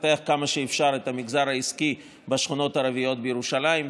ולפתח כמה שאפשר את המגזר העסקי בשכונות הערביות בירושלים,